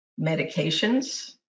medications